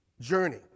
journey